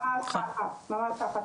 ממש ככה, מלמעלה למטה.